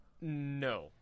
No